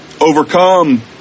Overcome